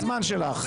פה